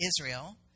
Israel